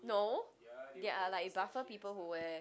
no there are like buffer people who wear